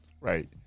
Right